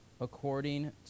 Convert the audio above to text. according